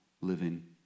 living